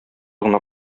гына